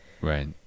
Right